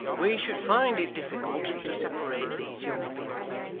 we should find it difficult to separate these young people,